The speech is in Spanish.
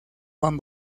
juan